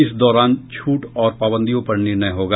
इस दौरान छूट और पाबंदियों पर निर्णय होगा